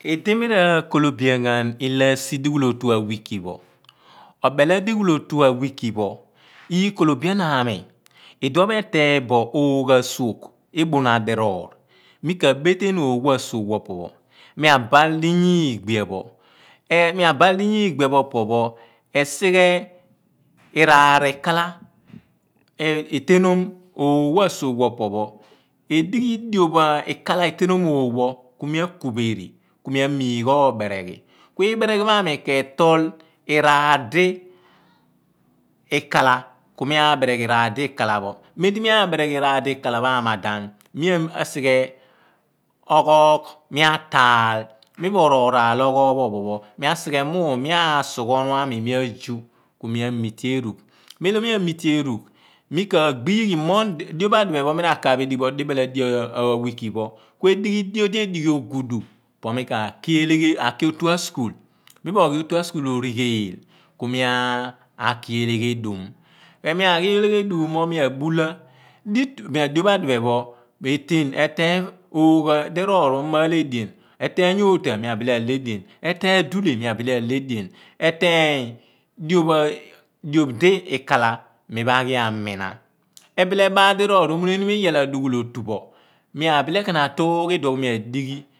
Idi mi rakolo bian ghan ilo asidu ghul otu-abiweeki pho. obeel adughul otu a weeki pho ikolobian ami meem di eteeny oogn pho a suorgh pho, mi a baal diyaa igbea pho, mea baal diyaah igbea pho opo pho esigh iraar ikalah etenom oogh pho asuogh pho opo pho. Edighi dioph ikalah eteanom oogh pho a suugh pho kumi a kureri ku mi amiigh obere ghi. Ibereghi pho a mi ketol, iraar di ikala mia bereghi iraar di ikala pho. Memdi mi a beregh iraar di ikala pho a madam mia sighe oghoogh mia taal miro raal oghoogh pho ophon pho kumi asighe muum mia sugha onuami mia zuh ku mi a mite eruugh mem lo mia mite erugh mi ka gbie ghi monday, dio pho a diphe pho mi rakaaph ghan bo ma dibeel adughul otu pho pa a week pho. Kuedighi kue dighi iyaar dildighi ogudu po mi ka ki otua school. Miroghi otua school ro righeel kumia aki eleghedum pe mi aghi eleghe dum mo mi a bulah padio pho a diphe pho metean. Eteeny oogh adiroor oho mi ma lhe edien eteeny otaany mia bele aheh edien, eteeny dulee mia bele ale edien eteeny diop di ikula mima ghia mina ebele ebaal diroor omune niom iyaal adughul otuph mia bele atuugh iduon pho mia di ghi